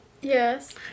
Yes